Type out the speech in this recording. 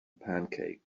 pancake